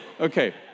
Okay